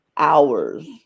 hours